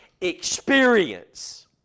experience